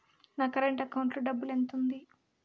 నా current account లో డబ్బులు ఎంత ఉంది?